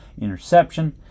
interception